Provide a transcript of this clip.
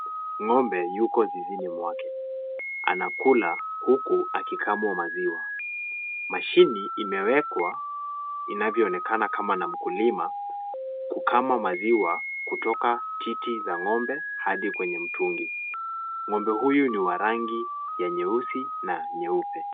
Ng'ombe yuko zizini mwake. Anakula huku akikamwa maziwa. Mashini imewekwa, inavyoonekana kama na mkulima, kukama maziwa kutoka titi za ng'ombe hadi kwenye mtungi. Ng'ombe huyu ni wa rangi ya nyeusi na nyeupe.